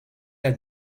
est